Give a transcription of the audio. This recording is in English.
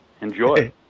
Enjoy